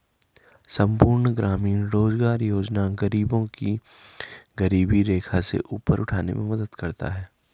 संपूर्ण ग्रामीण रोजगार योजना गरीबों को गरीबी रेखा से ऊपर उठाने में मदद करता है